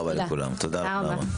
תודה רבה לכולם, תודה לך, נעמה.